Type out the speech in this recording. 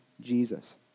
Jesus